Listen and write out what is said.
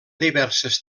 diverses